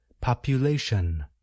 Population